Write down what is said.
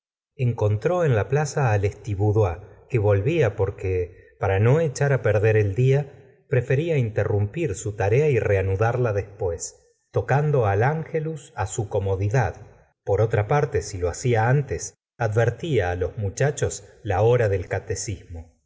encontró en la plaza letisboudois que volvía porque para no echar perder el día prefería interrumpir su tarea y reanudarla después tocando al angelus su comodidad por otra parte si lo hacía antes advertía los muchachos la hora del catecismo